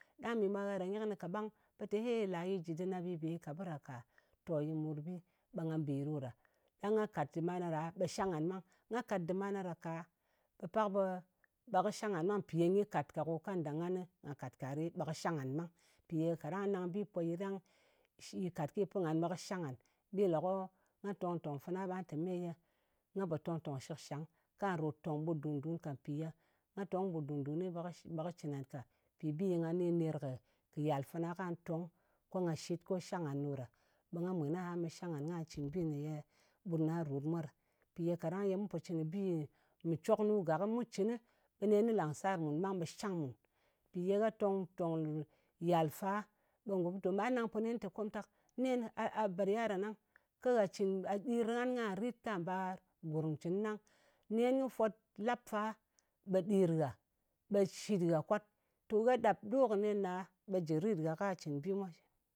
Ɗang mi ma gha ɗa nyɨ kɨnɨ kaɓang, ɓe te, ye, ye la yɨ jɨ dɨr na, ɓe yɨ bè yɨ ka bɨ ɗa kà. To yí mòrbi. Ɓe nga bē ɗo ɗa. Ɗang nga kàt dɨr mana ɗa, ɓe shang ngan ɓang. Nga kàt dɨr mana ɗa ka, ɓe pal ɓe kɨ shang ngan ɓang. Mpì ye nyi katka ko kanda nganɨ nga katka ɗɨ, ɓe kɨ shang ngan ɓang. Mpi ye kaɗa nang bi po yi ɗang, sh yi kàt kyi pɨn ngan ɓe kɨ shang ngan. Bi le ko nga tong-tòng fana, ɓa te me ye nga pò tong tòng shɨkshang, ka ròt tòng-tòng ɓut dùn-dun ka. Mpì ye nga tong kɨ ɓut ɗuǹ-dun, ɓe kɨ cɨn ngan ka. Mpì bi ye nga ni ner kɨ yal fana, ka tong, ko nga shɨt, ko shang ngan ɗo ɗa. Ɓa nga mwen aha ɓe shang nga, kwà cɨn bɨ ne ye ɓut na rot mwa ɗɨ. Mpi ye kadang ye mu po cɨn kɨ bi mɨ cok nu gakɨ, ku cɨn nɨ ɓe nen kɨ lang sar mùn ɓang ɓe shang mùn. Mpì ye gha tong tòng yal fa, ɓe ngò butom, ɓa nang po nen te, komtak, nen ne, a bèt yɨaran nang kɨ gha cɨn, gha ɗiran, kà rit kà bar gurm ncɨn ɗang. Nen kɨ fwot lap fa ɓe ɗìr nghà. Ɓe shit gha kwat. To gha ɗap ɗo kɨ nen ɗa ɓe jɨ rit nghà ka cɨn bi mwa.